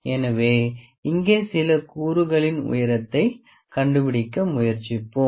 எனவே இங்கே சில கூறுகளின் உயரத்தைக் கண்டுபிடிக்க முயற்சிப்போம்